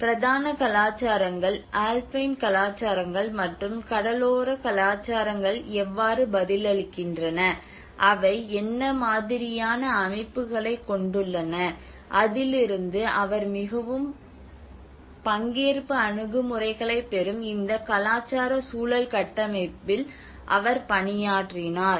பிரதான கலாச்சாரங்கள் ஆல்பைன் கலாச்சாரங்கள் மற்றும் கடலோர கலாச்சாரங்கள் எவ்வாறு பதிலளிக்கின்றன அவை என்ன மாதிரியான அமைப்புகளைக் கொண்டுள்ளன அதிலிருந்து அவர் மிகவும் பங்கேற்பு அணுகுமுறைகளைப் பெறும் இந்த கலாச்சார சூழல் கட்டமைப்பில் அவர் பணியாற்றினார்